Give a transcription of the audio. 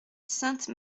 sainte